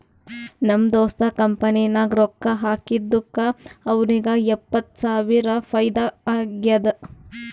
ನಮ್ ದೋಸ್ತ್ ಕಂಪನಿ ನಾಗ್ ರೊಕ್ಕಾ ಹಾಕಿದ್ದುಕ್ ಅವ್ನಿಗ ಎಪ್ಪತ್ತ್ ಸಾವಿರ ಫೈದಾ ಆಗ್ಯಾದ್